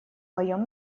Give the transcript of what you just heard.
моем